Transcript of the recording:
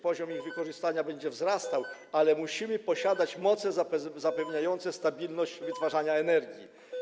Poziom ich wykorzystania będzie wzrastał, ale musimy posiadać moce zapewniające stabilność wytwarzania energii.